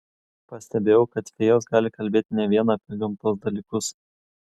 pastebėjau kad fėjos gali kalbėti ne vien apie gamtos dalykus